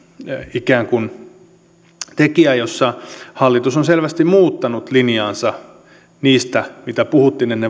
ikään kuin tekijää joissa hallitus on selvästi muuttanut linjaansa niistä mitä puhuttiin ennen